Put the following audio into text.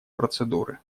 процедуры